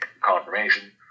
confirmation